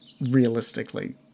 realistically